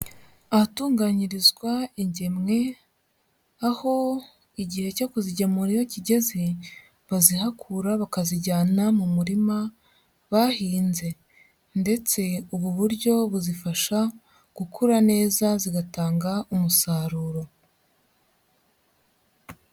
Ahatunganyirizwa ingemwe, aho igihe cyo kuzigemura iyo kigeze bazihakura bakazijyana mu murima bahinze ndetse ubu buryo buzifasha gukura neza zigatanga umusaruro.